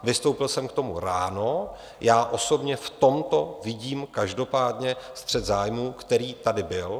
Vystoupil jsem k tomu ráno, osobně v tomto vidím každopádně střet zájmů, který tady byl.